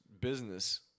business